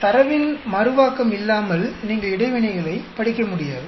தரவின் மறுவாக்கம் இல்லாமல் நீங்கள் இடைவினைகளைப் படிக்க முடியாது